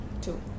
two